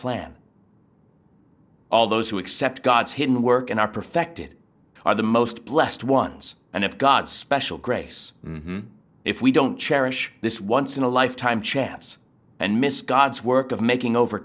plan all those who accept god's hidden work in our perfected are the most blessed ones and if god special grace if we don't cherish this once in a lifetime chance and miss god's work of making over